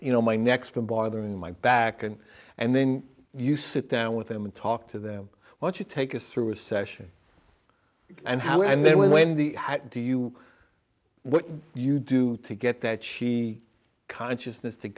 you know my next been bothering my back and and then you sit down with them and talk to them once you take us through a session and how and then wendy how do you what do you do to get that she consciousness to